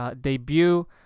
debut